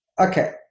Okay